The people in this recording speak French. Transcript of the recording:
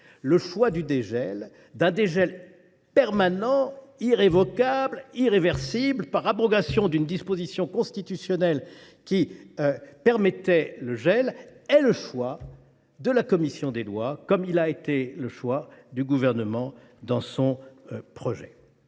Le choix d’un dégel permanent, irrévocable, irréversible, par abrogation d’une disposition constitutionnelle qui permettait le gel, est le choix de la commission des lois, comme il a été le choix du Gouvernement lorsqu’il